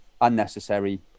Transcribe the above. unnecessary